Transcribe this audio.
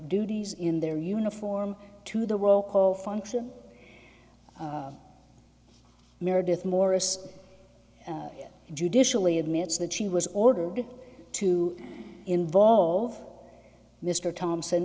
duties in their uniform to the roll call function meredith morris judicially admits that she was ordered to involve mr thompson